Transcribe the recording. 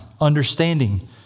understanding